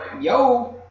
yo